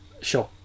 Sure